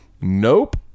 nope